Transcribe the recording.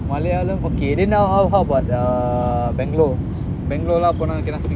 how fast was the